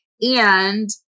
And-